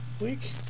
week